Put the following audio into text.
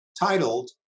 titled